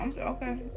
Okay